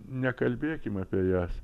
nekalbėkim apie jas